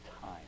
time